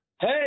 Hey